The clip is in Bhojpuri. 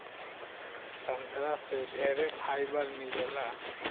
संतरा से ढेरे फाइबर मिलेला